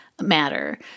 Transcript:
matter